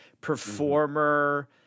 performer